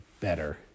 better